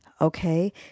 okay